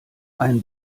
ein